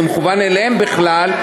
זה מכוון אליהם בכלל,